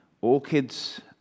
Orchids